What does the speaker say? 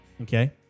Okay